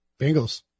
Bengals